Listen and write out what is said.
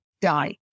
die